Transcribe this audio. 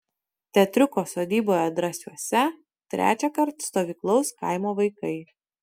teatriuko sodyboje drąsiuose trečiąkart stovyklaus kaimo vaikai